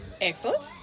Excellent